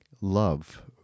love